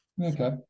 Okay